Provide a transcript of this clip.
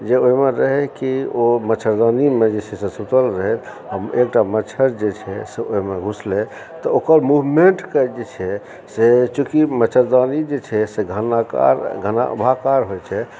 जे ओहिमे रहै कि ओ मच्छरदानीमे जे छै से सुतल रहै एकटा मच्छर जे छै से ओहिमे घुसलै तऽ ओकर मूवमेंटके जे छै से चुकि मच्छरदानी जे छै से घनाकार घनाभाकार होइ छै